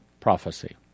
prophecy